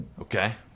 okay